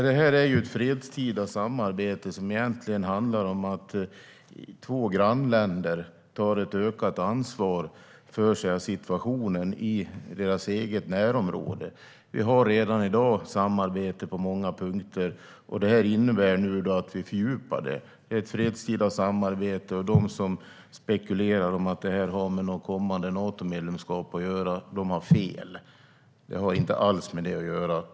Herr talman! Det är ett fredstida samarbete som egentligen handlar om att två grannländer tar ett ökat ansvar för situationen i deras eget närområde. Vi har redan i dag ett samarbete på många punkter. Detta innebär att vi nu fördjupar det. Det är ett fredstida samarbete, och de som spekulerar i att detta har att göra med ett kommande Natomedlemskap har fel. Det har inte alls med det att göra.